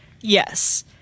yes